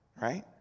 right